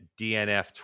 DNF